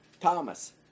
Thomas